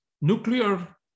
nuclear